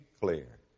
clear